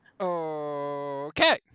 Okay